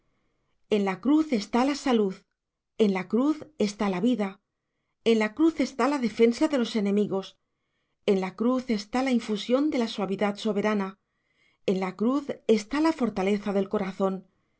en la cruz está la salud en la cruz está la vida en la cruz está la defensa de los enemigos en la cruz está la infusión de la suavidad soberana en la cruz está la fortaleza del corazón